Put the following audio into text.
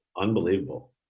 Unbelievable